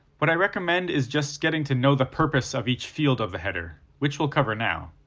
what i recommend is just getting to know the purpose of each field of the header, which we'll cover now.